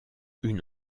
une